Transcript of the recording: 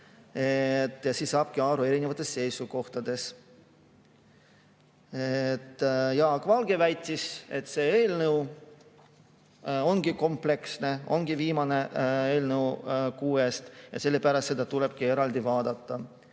Sedasi saabki aru erinevatest seisukohtadest. Jaak Valge aga väitis, et see eelnõu on kompleksne, viimane eelnõu kuuest, ja sellepärast seda tulebki eraldi vaadata.